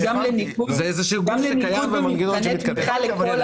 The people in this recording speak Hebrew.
זה גוף שקיים ומנגנון שמתקיים.